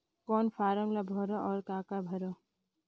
कौन फारम ला भरो और काका भरो?